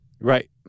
Right